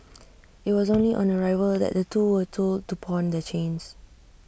IT was only on arrival that the two were told to pawn the chains